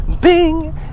Bing